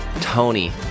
Tony